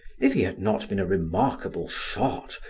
if he had not been a remarkable shot,